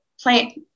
play